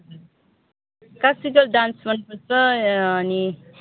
हजुर classical dance मनपर्छ अनि